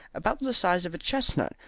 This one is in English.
about the size of a chestnut,